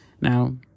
Now